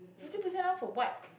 fifty percent off for what